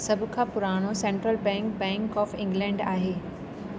सभ खां पुराणो central bank bank of England आहे